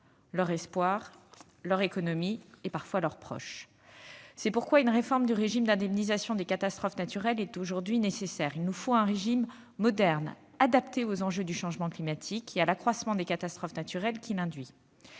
leurs espoirs, leurs économies et, parfois, leurs proches. C'est pourquoi une réforme du régime d'indemnisation des catastrophes naturelles est aujourd'hui nécessaire. Il nous faut un régime moderne, adapté aux enjeux du changement climatique et à l'accroissement des catastrophes naturelles que ce